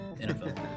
NFL